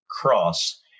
cross